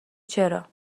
چرا